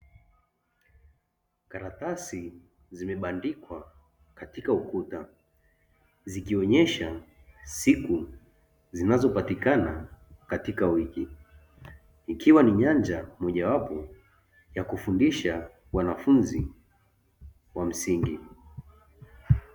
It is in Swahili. Karatasi zimebandikwa katika ukuta zikionyesha siku zinazopatikana katika wiki, ikiwa ni nyanja mojawapo ya kufundisha wanafunzi wa msingi.